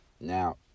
Now